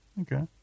Okay